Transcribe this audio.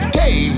day